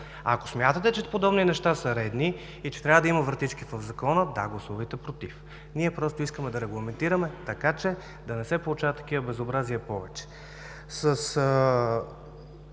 Ако смятате, че подобни неща са редни и че трябва да има вратички в Закона – да, гласувайте „против“. Ние просто искаме да регламентираме, така че да не се получават такива безобразия повече. С